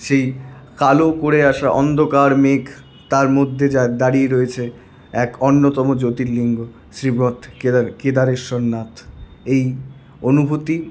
সেই কালো করে আসা অন্ধকার মেঘ তার মধ্যে যা দাঁড়িয়ে রয়েছে এক অন্যতম জ্যোতির্লিঙ্গ শ্রীবৎ কেদার কেদারেশ্বরনাথ এই অনুভূতি